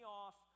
off